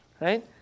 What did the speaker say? right